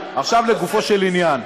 עכשיו לגופו של עניין,